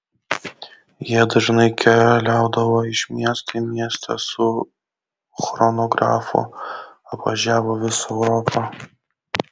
jie dažnai keliaudavo iš miesto į miestą su chronografu apvažiavo visą europą